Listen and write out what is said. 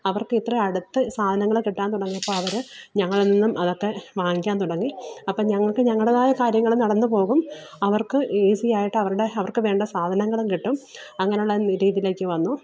അവര്ക്ക് ഇത്ര അടുത്ത് സാധനങ്ങൾ കിട്ടാന് തുടങ്ങിയപ്പോൾ അവർ ഞങ്ങളെന്നും അതൊക്കെ വാങ്ങിക്കാന് തുടങ്ങി അപ്പം ഞങ്ങള്ക്ക് ഞങ്ങളുടേതായ കാര്യങ്ങൾ നടന്നു പോകും അവര്ക്ക് ഈസിയായിട്ടവരുടെ അവര്ക്ക് വേണ്ട സാധനങ്ങളും കിട്ടും അങ്ങനെയുള്ള രീതിയിലേക്ക് വന്നു